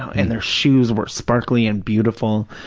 and their shoes were sparkly and beautiful.